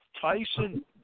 Tyson